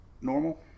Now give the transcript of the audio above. normal